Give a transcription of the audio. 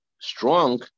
strong